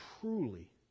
truly